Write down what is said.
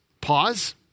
pause